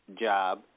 job